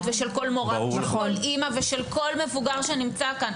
ושל כל אימא ושכל מבוגר שנמצא פה.